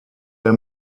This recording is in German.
der